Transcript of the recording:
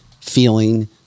feeling